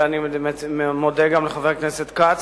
ואני גם מודה לחבר הכנסת כץ.